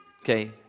Okay